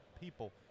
people